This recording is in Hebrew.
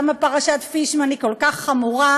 לכך שפרשת פישמן היא כל כך חמורה,